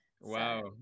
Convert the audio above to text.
wow